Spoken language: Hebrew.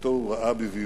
שאותו הוא ראה בבהירות.